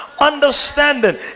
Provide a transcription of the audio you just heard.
understanding